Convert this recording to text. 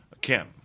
Kim